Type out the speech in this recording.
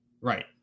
right